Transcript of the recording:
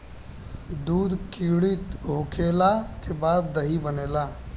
दूध किण्वित होखला के बाद दही बनेला